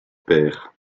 pair